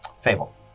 fable